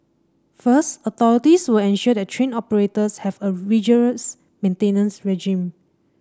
first authorities will ensure that train operators have a rigorous maintenance regime